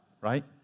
right